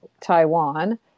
Taiwan